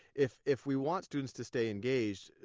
if if we want students to stay engaged,